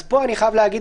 כאן אני חייב לומר,